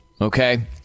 Okay